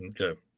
Okay